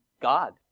God